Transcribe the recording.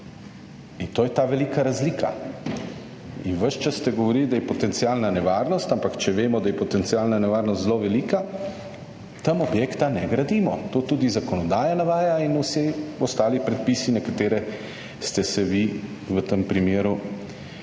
In to je ta velika razlika. In ves čas ste govorili, da je potencialna nevarnost, ampak če vemo, da je potencialna nevarnost zelo velika, tam objekta ne gradimo, to tudi zakonodaja navaja in vsi ostali predpisi, na katere ste se vi v tem primeru